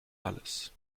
alles